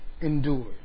Endured